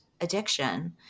addiction